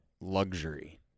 luxury